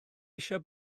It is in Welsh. eisiau